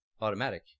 automatic